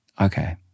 okay